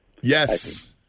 Yes